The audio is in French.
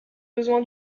besoin